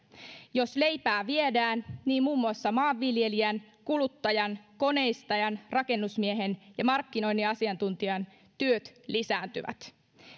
jos leipää viedään niin muun muassa maanviljelijän kuluttajan koneistajan rakennusmiehen ja markkinoinnin asiantuntijan työt lisääntyvät